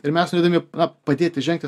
ir mes norėdami na padėti žengti